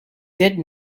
did